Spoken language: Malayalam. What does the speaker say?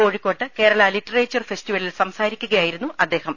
കോഴിക്കോട്ട് കേരള ലിറ്ററച്ചർ ഫെസ്റ്റിവല്ലിൽ സംസാരിക്കുകയായിരുന്നു അദ്ദേഹം